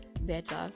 better